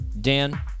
Dan